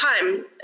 time